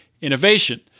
innovation